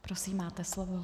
Prosím, máte slovo.